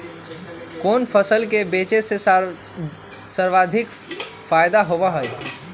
कोन फसल के बेचे से सर्वाधिक फायदा होबा हई?